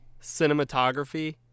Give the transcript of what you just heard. cinematography